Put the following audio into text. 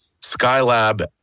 Skylab